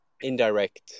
indirect